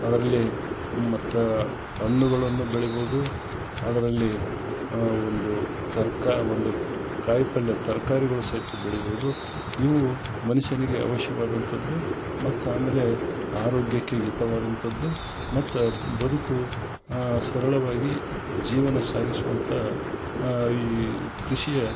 ಅದರಲ್ಲಿ ಮತ್ತು ಹಣ್ಣುಗಳನ್ನು ಬೆಳಿಬೊದು ಅದರಲ್ಲಿ ಒಂದು ತರ್ಕ ಒಂದು ಕಾಯಿಪಲ್ಯ ತರ್ಕಾರಿಗಳು ಸಹಿತ ಬೆಳಿಬೊದು ಇವು ಮನುಷ್ಯನಿಗೆ ಅವಶ್ಯವಾದಂಥದ್ದು ಮತ್ತು ಆಮೇಲೆ ಆರೋಗ್ಯಕ್ಕೆ ಹಿತವಾದಂಥದ್ದು ಮತ್ತು ಬದುಕು ಸರಳವಾಗಿ ಜೀವನ ಸಾಗಿಸುವಂತಹ ಈ ಕೃಷಿಯೇ